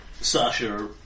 Sasha